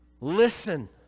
Listen